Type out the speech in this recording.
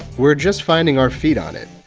we're just finding our feet on it.